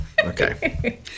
okay